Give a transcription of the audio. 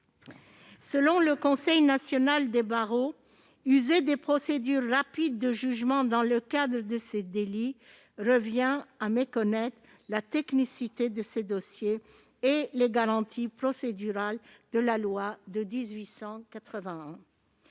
Selon le Conseil national des barreaux, user des procédures rapides de jugement dans le cadre de ces délits revient à méconnaître la technicité de ces dossiers et les garanties procédurales de la loi de 1881.